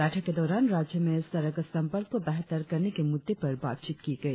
बैठक के दौरान राज्य में सड़क संपर्क को बेहतर करने के मुद्दे पर बातचीत की गई